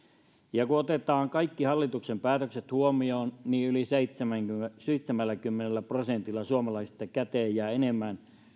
ja kun otetaan kaikki hallituksen päätökset huomioon niin yli seitsemälläkymmenellä prosentilla suomalaisista käteen jää enemmän